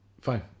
Fine